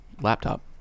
Laptop